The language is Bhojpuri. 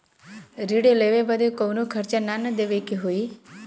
ऋण लेवे बदे कउनो खर्चा ना न देवे के होई?